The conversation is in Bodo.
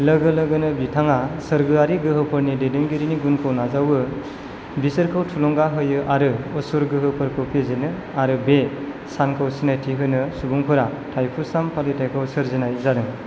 लोगो लोगोनो बिथाङा सोरगोआरि गोहोफोरनि दैदेनगिरिनि गुनखौ नाजावो बिसोरखौ थुलुंगा होयो आरो असुर गोहोफोरखौ फेजेनो आरो बे सानखौ सिनायथि होनो सुबुंफोरा थाइपुसाम फालिथायखौ सोरजिनाय जादों